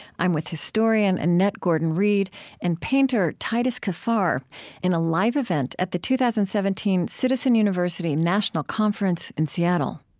i'm with historian annette gordon-reed and painter titus kaphar in a live event at the two thousand and seventeen citizen university national conference in seattle